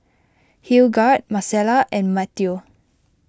Hildegarde Marcella and Matteo